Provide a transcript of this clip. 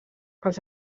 els